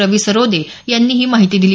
रवी सरोदे यांनी ही माहिती दिली